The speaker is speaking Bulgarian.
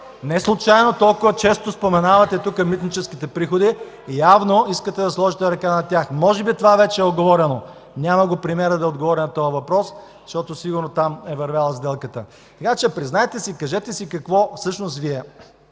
Неслучайно толкова често споменавате тук митническите приходи, явно искате да сложите ръка на тях. Може би това вече е уговорено. Няма го премиера да отговори на този въпрос, защото сигурно там е вървяла сделката. Така че признайте си, кажете си каква всъщност Ви